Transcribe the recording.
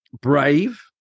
brave